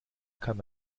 kann